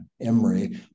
Emory